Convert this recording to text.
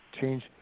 change